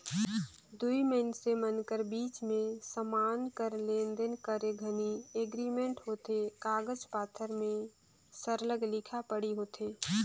दुई मइनसे मन कर बीच में समान कर लेन देन करे घनी एग्रीमेंट होथे कागज पाथर में सरलग लिखा पढ़ी होथे